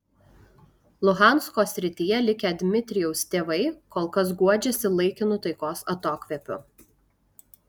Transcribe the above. luhansko srityje likę dmitrijaus tėvai kol kas guodžiasi laikinu taikos atokvėpiu